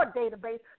database